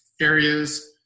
areas